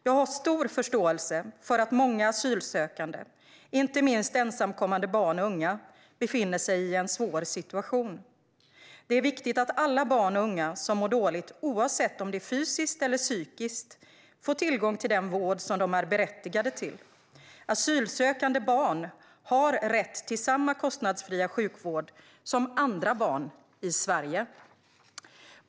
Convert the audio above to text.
Jag har stor förståelse för att många asylsökande, inte minst ensamkommande barn och unga, befinner sig i en svår situation. Det är viktigt att alla barn och unga som mår dåligt, oavsett om det är fysiskt eller psykiskt, får tillgång till den vård som de är berättigade till. Asylsökande barn har rätt till samma kostnadsfria sjukvård som andra barn i Sverige.